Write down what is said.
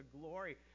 glory